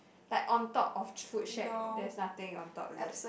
like on top of food shack there's nothing on top is it